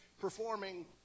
performing